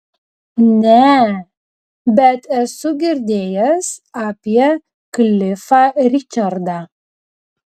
ne bet esu girdėjęs apie klifą ričardą